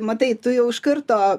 matai tu jau iš karto